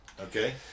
Okay